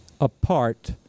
apart